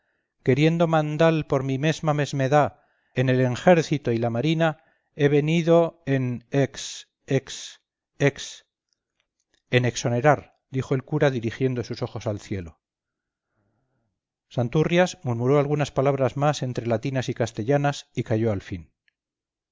queriendo mandal por mi mesma mesmedá en el enjército y la marina he venido en ex ex ex en exonerar dijo el cura dirigiendo sus ojos al cielo santurrias murmuró algunas palabras más entre latinas y castellanas y calló al fin